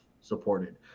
supported